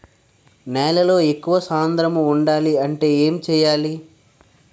నేలలో ఎక్కువ సాంద్రము వుండాలి అంటే ఏంటి చేయాలి?